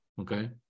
okay